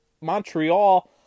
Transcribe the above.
Montreal